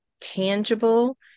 tangible